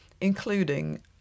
including